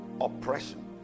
oppression